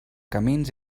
camins